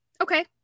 okay